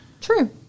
True